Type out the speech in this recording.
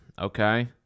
Okay